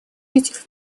этих